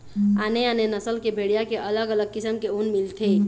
आने आने नसल के भेड़िया के अलग अलग किसम के ऊन मिलथे